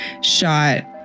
shot